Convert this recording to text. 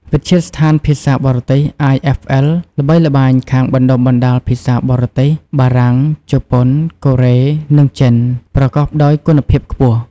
វិទ្យាស្ថានភាសាបរទេស IFL ល្បីល្បាញខាងបណ្តុះបណ្តាលភាសាអង់គ្លេស បារាំង ជប៉ុន កូរ៉េ និងចិន ប្រកបដោយគុណភាពខ្ពស់។